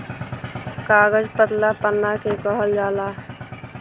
कागज पतला पन्ना के कहल जाला